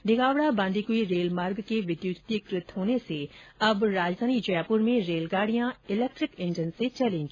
Dhigawara Bandikui rail मार्ग के विद्युतिकृत होने से अब राजधानी जयपुर में रेलगाड़ियां इलेक्ट्रिक इंजन से चलेंगी